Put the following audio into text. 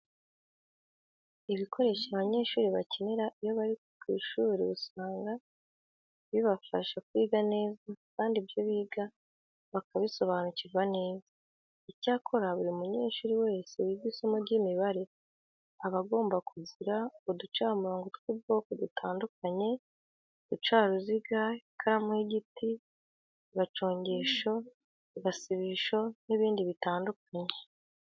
Ibikoresho abanyeshuri bakenera iyo bari ku ishuri usanga bibafasha kwiga neza kandi ibyo biga bakabisobanukirwa neza. Icyakora buri munyeshuri wese wiga isomo ry'imibare aba agomba kugira uducamurongo tw'ubwoko butandukanye, uducaruziga, ikaramu y'igiti, agacongesho, agasibisho n'ibindi bitandukanye.